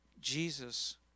Jesus